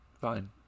Fine